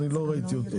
עדיין לא ראיתי את זה.